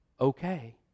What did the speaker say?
okay